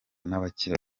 n’abakiri